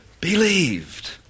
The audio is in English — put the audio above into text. believed